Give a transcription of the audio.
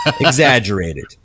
Exaggerated